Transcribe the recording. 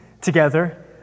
together